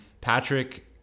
Patrick